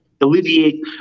alleviate